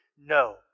No